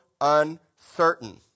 uncertain